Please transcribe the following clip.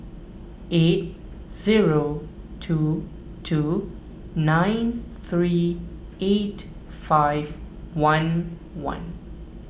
eight zero two two nine three eight five one one